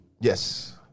Yes